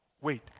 wait